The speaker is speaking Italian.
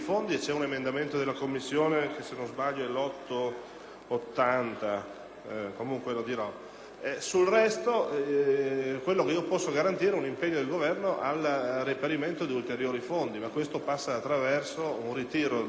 Sul resto, quello che posso garantire è un impegno del Governo a reperire ulteriori fondi, ma questo passa attraverso il ritiro degli emendamenti 8.200 e 8.201 e la contestuale presentazione di un ordine del giorno.